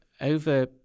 over